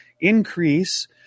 increase